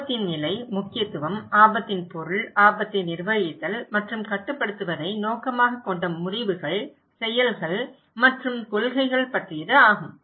ஆபத்தின் நிலை முக்கியத்துவம் ஆபத்தின் பொருள் ஆபத்தை நிர்வகித்தல் மற்றும் கட்டுப்படுத்துவதை நோக்கமாகக் கொண்ட முடிவுகள் செயல்கள் மற்றும் கொள்கைகள் பற்றியது ஆகும்